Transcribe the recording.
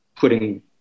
putting